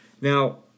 Now